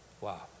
Wow